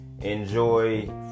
enjoy